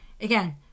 again